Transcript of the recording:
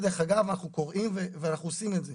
דרך אגב, אנחנו קוראים ואנחנו עושים את זה.